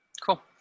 cool